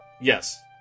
Yes